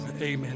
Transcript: Amen